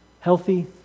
Healthy